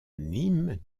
nîmes